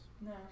No